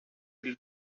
will